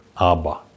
Abba